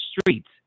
streets